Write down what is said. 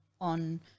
on